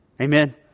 Amen